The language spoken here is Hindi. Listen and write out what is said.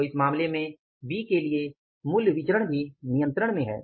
तो इस मामले में बी के लिए मूल्य विचरण भी नियंत्रण में है